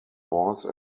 force